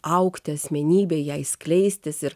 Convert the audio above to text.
augti asmenybei jai skleistis ir